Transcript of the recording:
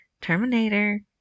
Terminator